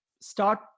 start